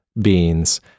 beans